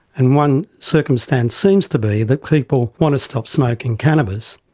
and one circumstance seems to be that people want to stop smoking cannabis,